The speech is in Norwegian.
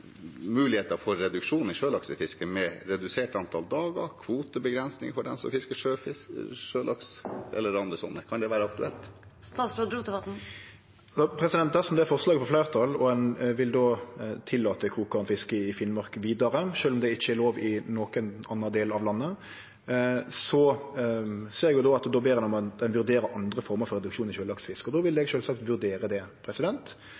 for reduksjon i sjølaksefisket med redusert antall dager, kvotebegrensning for dem som fisker sjølaks, eller noe annet? Kan det være aktuelt? Dersom det forslaget får fleirtal og ein då vil tillate krokgarnfiske i Finnmark vidare, sjølv om det ikkje er lov i nokon andre delar av landet, ser eg at då ber ein om at ein vurderer andre former for reduksjon i sjølaksefisket. Då vil eg sjølvsagt vurdere det.